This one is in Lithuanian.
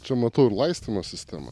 čia matau ir laistymo sistemą